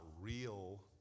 real